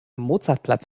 mozartplatz